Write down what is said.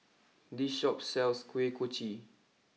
this Shop sells Kuih Kochi